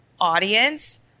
audience